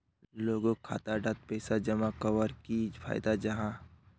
लोगोक खाता डात पैसा जमा कवर की फायदा जाहा?